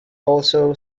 also